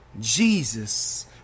Jesus